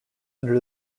under